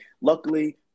luckily